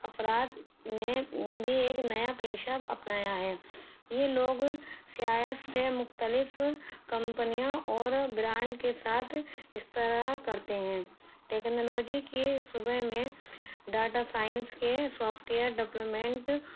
افراد نے بھی ایک نیا پیشہ اب اپنایا ہے یہ لوگ سیاحت سے مختلف کمپنیوں اور برانڈ کے ساتھ اس طرح کرتے ہیں ٹیکنالاجی کی شعبے میں ڈاٹا سائنس کے سافٹویئر ڈپلومنٹ